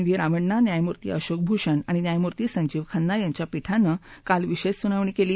V Ramana न्यायमूर्ती अशोक भूषण आणि न्यायमूर्ती संजीव खन्ना यांच्या पीठांनं काल विशेष सुनावणी केली